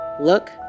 look